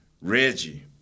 Reggie